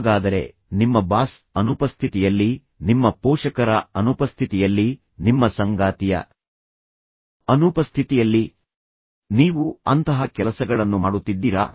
ಹಾಗಾದರೆ ನಿಮ್ಮ ಬಾಸ್ ಅನುಪಸ್ಥಿತಿಯಲ್ಲಿ ನಿಮ್ಮ ಪೋಷಕರ ಅನುಪಸ್ಥಿತಿಯಲ್ಲಿ ನಿಮ್ಮ ಸಂಗಾತಿಯ ಅನುಪಸ್ಥಿತಿಯಲ್ಲಿ ನೀವು ಅಂತಹ ಕೆಲಸಗಳನ್ನು ಮಾಡುತ್ತಿದ್ದೀರಾ